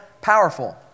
powerful